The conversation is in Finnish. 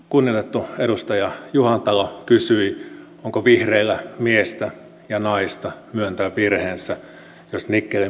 kunnioitettu edustaja juhantalo kysyi onko vihreillä miestä ja naista myöntää virheensä jos nikkelin maailmanmarkkinahinta nousee